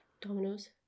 Dominoes